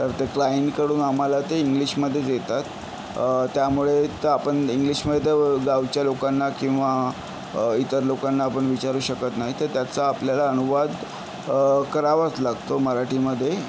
तर त्या क्लायंटकडून आमहाला ते इंग्लिशमधेच येतात त्यामुळे तर आपण इंग्लिशमधे त्या गावच्या लोकांना किंवा इतर लोकांना आपण विचारू शकत नाही तर त्याचा आपल्याला अनुवाद करावाच लागतो मराठीमधे